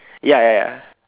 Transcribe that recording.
ya ya ya